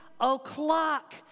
o'clock